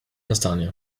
kastanie